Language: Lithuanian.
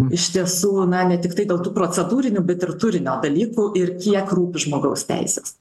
iš tiesų na ne tiktai dė tų procedūrinių bet ir turinio dalykų ir kiek rūpi žmogaus teisės